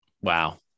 Wow